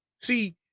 see